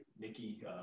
Nikki